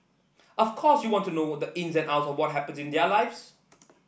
of course you want to know the ins and outs of what happens in their lives